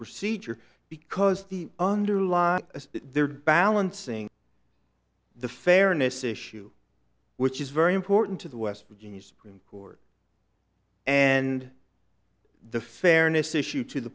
procedure because the underlying they're balancing the fairness issue which is very important to the west virginia supreme court and the fairness issue to the